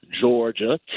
Georgia